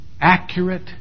accurate